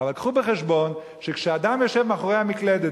אבל קחו בחשבון שכשאדם יושב מאחורי המקלדת